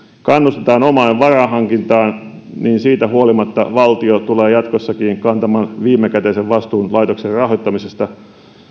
kannustetaan omaan varainhankintaan niin siitä huolimatta valtio tulee jatkossakin kantamaan viimekätisen vastuun laitoksen rahoittamisesta